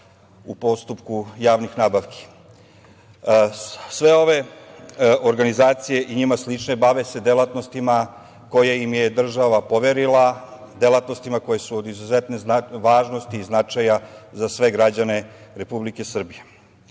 u postupku javnih nabavki. Sve ove organizacije i njima slične se bave delatnostima koje im je država poverila, delatnostima koje su od izuzetne važnosti i značaja za sve građane Republike Srbije. Zato